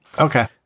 Okay